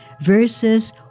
verses